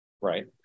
right